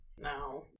No